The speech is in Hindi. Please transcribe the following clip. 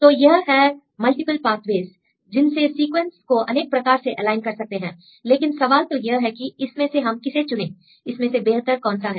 तो यह है मल्टीपल पाथवेज जिनसे सीक्वेंस को अनेक प्रकार से एलाइन कर सकते हैं लेकिन सवाल तो यह है कि इसमें से हम किसे चुने इसमें से बेहतर कौन सा है